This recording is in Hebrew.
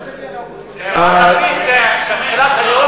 גם אתה תגיע לאופוזיציה יום אחד.